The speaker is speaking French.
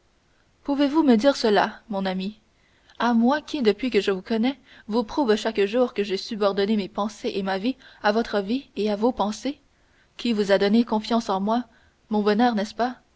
pouvez-vous me dire cela mon amie à moi qui depuis que je vous connais vous prouve chaque jour que j'ai subordonné mes pensées et ma vie à votre vie et à vos pensées qui vous a donné confiance en moi mon bonheur n'est-ce pas